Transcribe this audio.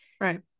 right